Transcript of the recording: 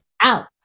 out